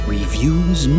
Reviews